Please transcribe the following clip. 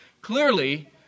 Clearly